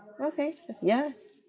okay ya